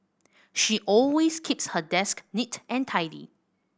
she always keeps her desk neat and tidy